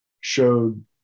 showed